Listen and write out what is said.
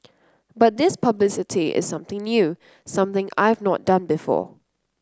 but this publicity is something new something I've not done before